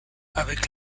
avec